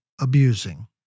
abusing